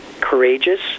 courageous